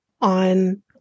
on